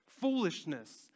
Foolishness